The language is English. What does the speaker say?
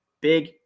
big